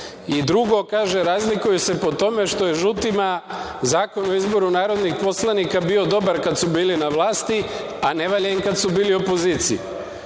I drugo, kaže – razlikuju se po tome što je žutima Zakon o izboru narodnih poslanika bio dobar kad su bili na vlasti, a ne valja im kad su bili u